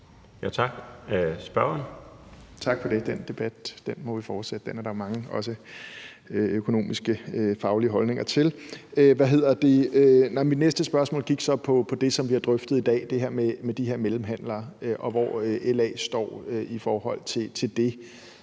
Dragsted (EL): Tak for det. Den debat må vi fortsætte; den er der mange, også økonomiske, faglige, holdninger til. Mit næste spørgsmål gik så på det, som vi har drøftet i dag, nemlig de her mellemhandlere, og hvor LA står i forhold til det.